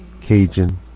Cajun